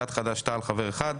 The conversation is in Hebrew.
סיעת חד"ש-תע"ל חבר אחד.